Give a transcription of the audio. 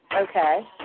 Okay